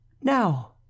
Now